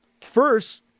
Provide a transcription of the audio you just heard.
First